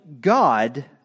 God